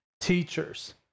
teachers